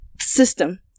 system